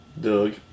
Doug